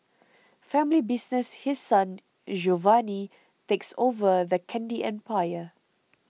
family business His Son Giovanni takes over the candy empire